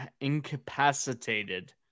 incapacitated